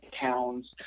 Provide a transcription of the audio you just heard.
Towns